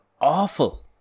awful